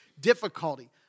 difficulty